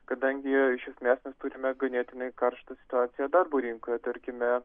kadangi iš esmės mes turime ganėtinai karštą situaciją darbo rinkoje tarkime